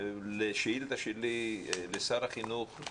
לשאילתה שלי לשר החינוך,